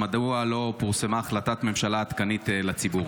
מדוע לא פורסמה החלטת ממשלה עדכנית לציבור?